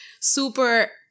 super